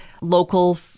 local